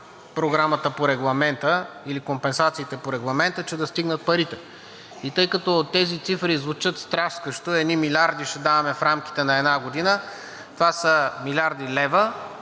Програмата по Регламента или компенсациите по Регламента, че да стигнат парите. И тъй като тези цифри звучат стряскащо – едни милиарди ще даваме в рамките на една година. Това са милиарди лева.